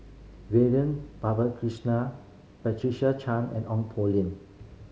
Vivian Patricia Chan and Ong Poh